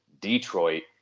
Detroit